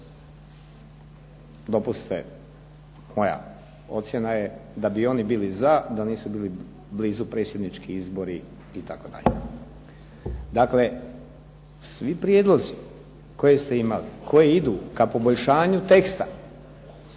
Dopustite, moja ocjena je bila da bi oni bili za da nisu bili blizu predsjednički izbori itd. Dakle, svi prijedlozi koje ste imali, koji idu ka poboljšanju teksta,